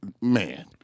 Man